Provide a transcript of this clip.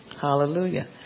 Hallelujah